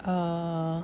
err